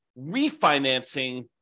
refinancing